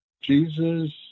Jesus